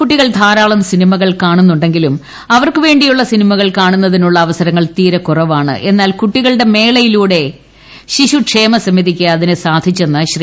കുട്ടികൾ ധാരാളം സിനിമകൾ കാണുന്നുണ്ടെങ്കിലും അവർക്ക് വേണ്ടിയുള്ള സിനിമകൾ കാണുന്നതിനുള്ള അവസരങ്ങൾ തീരെ കുറവാണ് എന്നാൽ കുട്ടികളുടെ മേളയിലുടെ ശിശുക്ഷേമസമിതിക്ക് അതിന് സാധിച്ചെന്ന് ശ്രീ